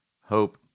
hope